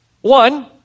One